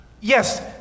yes